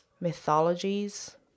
Mythologies